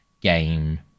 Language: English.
game